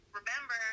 remember